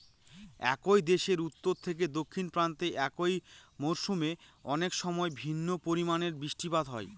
একই দেশের উত্তর থেকে দক্ষিণ প্রান্তে একই মরশুমে অনেকসময় ভিন্ন পরিমানের বৃষ্টিপাত হয়